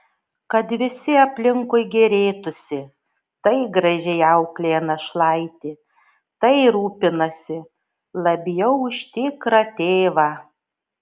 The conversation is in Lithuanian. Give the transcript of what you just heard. kad visi aplinkui gėrėtųsi tai gražiai auklėja našlaitį tai rūpinasi labiau už tikrą tėvą